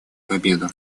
победу